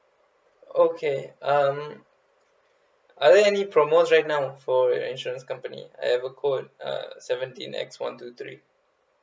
okay um are there any promos right now for insurance company I have a quote uh seventeen X one two three